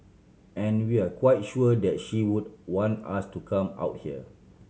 and we're quite sure that she would want us to come out here